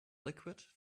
liquid